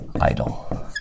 idle